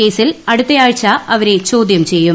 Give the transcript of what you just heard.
കേസിൽ അടുത്തയാഴ്ച അവരെ ചോദ്യം ചെയ്യും